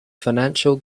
financial